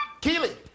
Keely